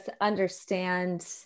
understand